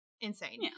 insane